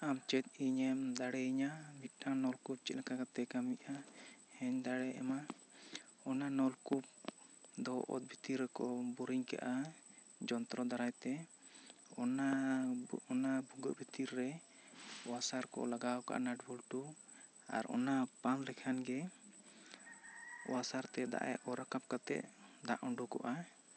ᱟᱢ ᱪᱮᱫ ᱤᱧᱮᱢ ᱫᱟᱲᱮᱭᱤᱧᱟ ᱢᱤᱫᱴᱟᱝ ᱱᱚᱞᱠᱩᱯ ᱪᱮᱫ ᱞᱮᱠᱟ ᱠᱟᱛᱮᱫ ᱠᱟᱹᱢᱤᱜ ᱟ ᱦᱮᱧ ᱫᱟᱲᱮ ᱟᱢᱟ ᱚᱱᱟ ᱱᱚᱞᱠᱩᱯ ᱫᱚ ᱚᱛ ᱵᱷᱤᱛᱤᱨ ᱨᱮᱠᱚ ᱵᱚᱨᱤᱝ ᱠᱟᱜ ᱟ ᱡᱚᱱᱛᱨᱚ ᱫᱟᱨᱟᱭ ᱛᱮ ᱚᱱᱟ ᱚᱱᱟ ᱵᱷᱩᱜᱟᱹᱜ ᱵᱷᱤᱛᱤᱨ ᱨᱮ ᱚᱣᱟᱥᱟᱨ ᱠᱚ ᱞᱟᱜᱟᱣ ᱠᱟᱜ ᱟ ᱱᱟᱴ ᱵᱩᱞᱴᱩ ᱟᱨ ᱚᱱᱟ ᱯᱟᱢᱯ ᱞᱮᱠᱷᱟᱱ ᱜᱮ ᱚᱣᱟᱥᱟᱨ ᱛᱮ ᱫᱟᱜᱼᱮ ᱚᱨ ᱨᱟᱠᱟᱵ ᱠᱟᱛᱮᱫ ᱫᱟᱜ ᱩᱰᱩᱠᱚᱜ ᱟ